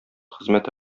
хезмәте